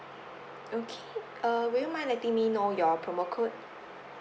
okay uh will you mind letting me know your promo code